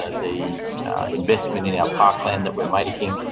ah the investment in our parkland that we're making,